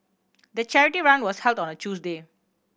the charity run was held on a Tuesday